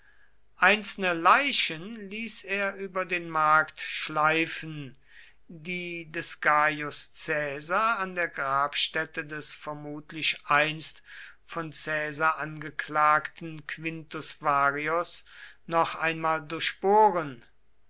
einzelne leichen ließ er über den markt schleifen die des gaius caesar an der grabstätte des vermutlich einst von caesar angeklagten quintus varius noch einmal durchbohren